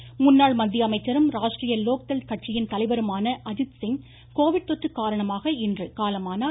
அஜித்சிங் முன்னாள் மத்திய அமைச்சரும் ராஷ்ட்ரிய லோக்தள் கட்சியின் தலைவருமான அஜித்சிங் கோவிட் தொற்று காரணமாக இன்று காலமானார்